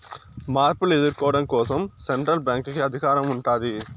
మార్పులు ఎదుర్కోవడం కోసం సెంట్రల్ బ్యాంక్ కి అధికారం ఉంటాది